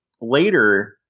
later